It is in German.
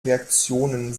reaktionen